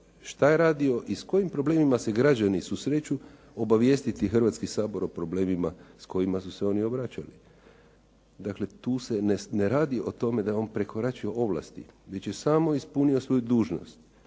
što je redio i s kojim problemima se građani susreću obavijestiti Hrvatski sabor o problemima s kojima su se oni obraćali. Dakle, tu se ne radi o tome da je on prekoračio ovlasti, već je samo ispunio svoju dužnost,